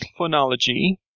phonology